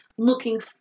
Looking